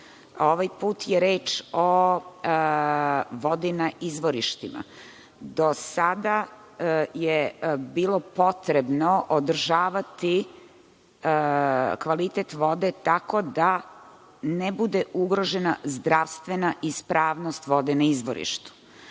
put je reč o vodi na izvorištima. Do sada je bio potrebno održavati kvalitet vode tako da ne bude ugrožena zdravstvena ispravnost vode na izvorištu.